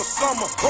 summer